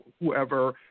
whoever